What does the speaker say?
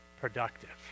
productive